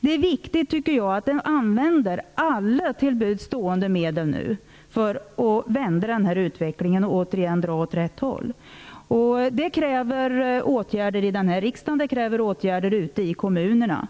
nu viktigt att använda alla till buds stående medel för att vända utvecklingen så att vi återigen drar åt rätt håll. För det krävs åtgärder i denna riksdag och åtgärder ute i kommunerna.